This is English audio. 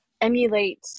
emulate